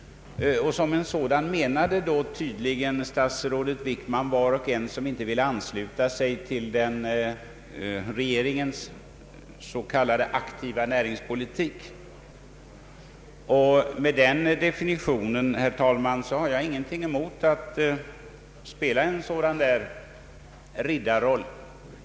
Som en sådan betraktar tydligen statsrådet Wickman var och en som inte vill ansluta sig till regeringens s.k. aktiva näringspolitik. Med den definitionen, herr talman, har jag ingenting emot att spela en sådan riddarroll.